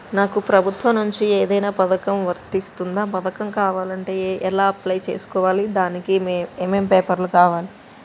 నాకు ప్రభుత్వం నుంచి ఏదైనా పథకం వర్తిస్తుందా? పథకం కావాలంటే ఎలా అప్లై చేసుకోవాలి? దానికి ఏమేం పేపర్లు కావాలి?